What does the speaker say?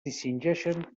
distingeixen